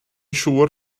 siŵr